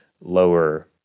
lower